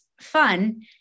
fun